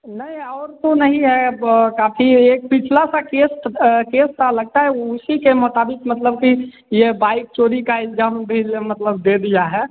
नहीं और तो नहीं है अब काफी ए एक पिछला सा केस केस सा लगता है उ उसी के मुताबिक मतलब कि ये बाइक चोरी का इलजाम भी ल मतलब दे दिया है